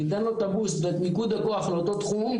ניתן לו את הבוסט ואת מיקוד הכוח לאותו תחום,